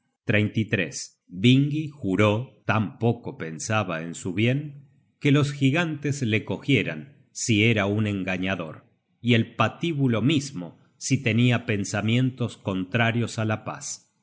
intenciones serian pérfidas vingi juró tan poco pensaba en su bien que los gigantes le cogieran si era un engañador y el patíbulo mismo si tenia pensamientos contrarios á la paz